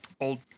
old